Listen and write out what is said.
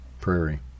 prairie